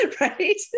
right